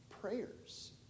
prayers